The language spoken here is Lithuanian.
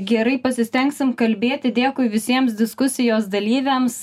gerai pasistengsim kalbėti dėkui visiems diskusijos dalyviams